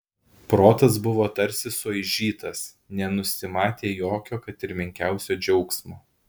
protas buvo tarsi suaižytas nenusimatė jokio kad ir menkiausio džiaugsmo